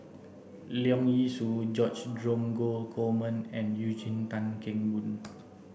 Leong Yee Soo George Dromgold Coleman and Eugene Tan Kheng Boon